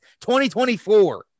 2024